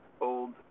old